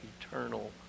eternal